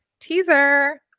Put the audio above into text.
teaser